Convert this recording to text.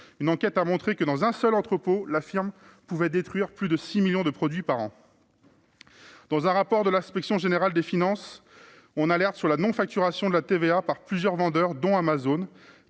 une enquête a montré que dans un seul entrepôt la firme pouvait détruire plus de six millions de produits par an. Un rapport de l'Inspection générale des finances alerte sur la non-facturation de la TVA par plusieurs vendeurs Amazon